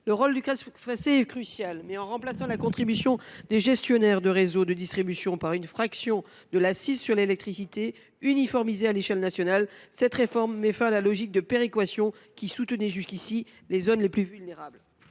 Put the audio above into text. Le rôle du CAS Facé est crucial. En remplaçant la contribution des gestionnaires de réseaux de distribution par une fraction de l’accise sur l’électricité uniformisée à l’échelle nationale, cette réforme met fin à la logique de péréquation qui soutenait jusqu’à présent les zones les plus vulnérables.